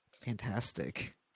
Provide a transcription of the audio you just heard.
fantastic